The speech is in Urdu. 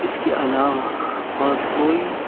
اس کے علاوہ اور کوئی